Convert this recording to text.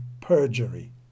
perjury